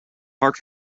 park